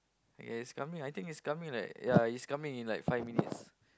okay it's coming I think it's coming in like ya it's coming in like five minutes